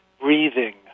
breathing